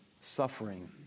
suffering